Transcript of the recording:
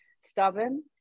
stubborn